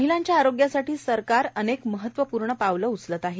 महिलांच्या आरोग्यासाठी सरकार अनेक महत्वपूर्ण पावले उचलत आहे